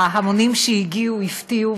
ההמונים שהגיעו הפתיעו,